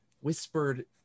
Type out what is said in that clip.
whispered